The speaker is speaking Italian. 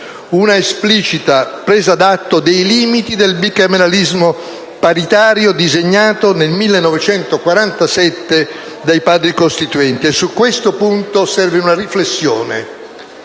una esplicita presa d'atto dei limiti del bicameralismo paritario disegnato nel 1947 dai Padri costituenti. E su questo punto serve una riflessione: